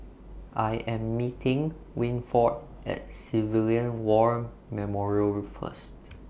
I Am meeting Winford At Civilian War Memorial First